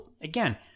again